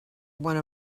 one